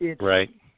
Right